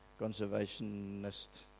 Conservationist